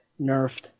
nerfed